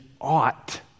ought